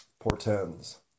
portends